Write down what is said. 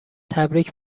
تبریک